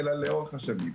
אלא לאורך השנים.